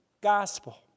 gospel